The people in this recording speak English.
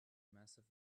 massive